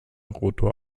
rotor